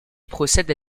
procède